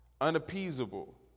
unappeasable